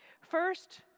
First